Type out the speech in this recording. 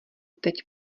teď